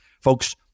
Folks